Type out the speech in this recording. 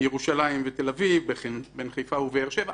ירושלים ותל-אביב, בין חיפה ובאר-שבע.